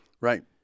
Right